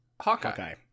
Hawkeye